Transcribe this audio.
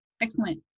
excellent